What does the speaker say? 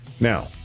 Now